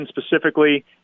specifically